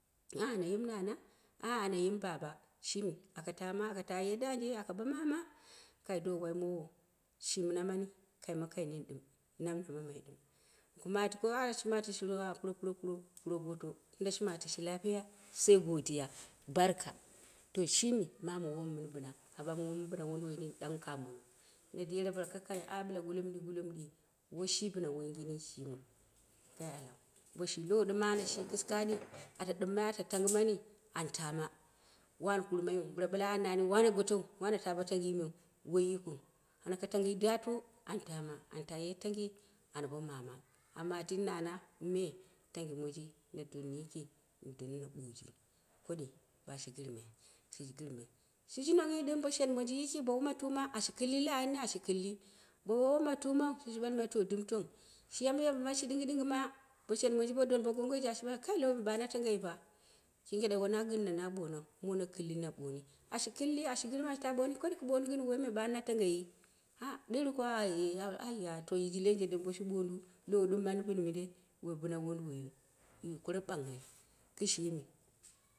Ahh me ana yim nana, a ana yim baba shimi aka hama aka dangje aka ba mama kai do mowo mina mani kaima kai nini ɗɨm namina mamai ɗɨm, ku matiku ah, shi matishi ru? Ka puropuro puro kɨm dumbo ka lafiya barka sai godiya barka. To shine mama wom mɨn bina, ama womɨn bin mondin wunduwoi dan kamowuu. Na dera bila ka kanghi gule minde gule mindei woi shi bi ina woyingin shimiu, ka allau, bo shi low ɗɨm anya shi kiskaɗi ata ɗɨmma ai ata tangimani an taama wani kurmaiu bɨla ɓale adnaani wana gotou wana ta bo tangiimeu, woi yikiu ana ka tangjiji daa to an taama an ta ye tangii an bo mama a matini nana me tanggi monji na donnu yiki a dunnu na ɓooji. Koɗi bashi gɨrmai, shiji girma shiji nongnghi ɗɨm bo shen monji yi bo woma tuma ashi killi la anni, ashi kɨlli, bo woi woa tumau ɗɨm ashi bai dɨp tong. Shi yambu yaba ma, shi ɗinggi dinggima ba she monji bo don bo gonggji, ashi ɓalmai kai lowo ma ɓamu na tangay fa. Shi yire fa wona ginna na ɓonau mona killi na booni, ashi kɨlli ashi gɨrmai ashi taa boom koɗi ku booni ko lowoi me manu na tangeyi. A ɗiiru kwa e. Ayya to yiji lenje dimbo shi booni du? To lowo shi mani bin mindei? Woi bina wunduwoiu yu koro ɓanghai kishimi